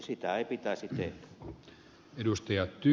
sitä ei pitäisi tehdä